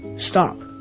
stop'.